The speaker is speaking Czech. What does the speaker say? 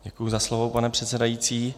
Děkuji za slovo, pane předsedající.